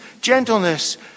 gentleness